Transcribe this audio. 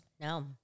No